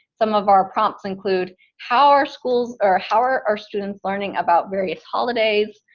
some of our prompts include how our schools are, how are our students learning about various holidays?